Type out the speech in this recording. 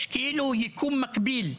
יש כאילו יקום מקביל,